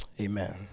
amen